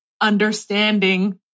understanding